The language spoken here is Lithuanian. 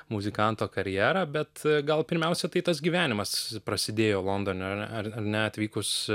muzikanto karjerą bet gal pirmiausia tai tas gyvenimas prasidėjo londone ar ar ne atvykus